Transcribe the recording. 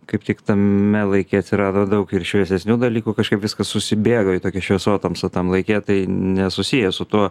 kaip tik tame laike atsirado daug ir šviesesnių dalykų kažkaip viskas susibėgo į tokia šviesotamsą tam laike tai nesusiję su tuo